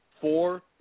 four